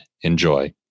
Enjoy